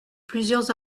plusieurs